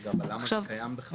רגע אבל למה זה קיים בכלל?